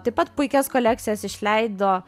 taip pat puikias kolekcijas išleido